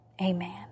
Amen